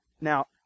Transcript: Now